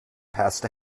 passed